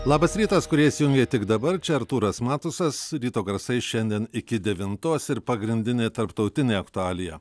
labas rytas kurie įsijungė tik dabar čia artūras matusas ryto garsai šiandien iki devintos ir pagrindinė tarptautinė aktualija